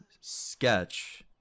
sketch